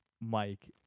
Mike